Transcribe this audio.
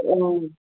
ও